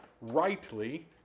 rightly